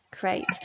great